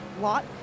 lot